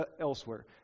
elsewhere